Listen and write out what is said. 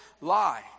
lie